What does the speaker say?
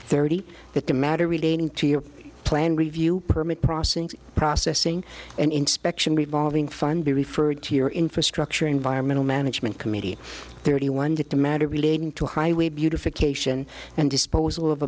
thirty that the matter relating to your plan review permit processing processing and inspection revolving fund be referred to your infrastructure environmental management committee thirty one to the matter relating to highway beautification and disposal of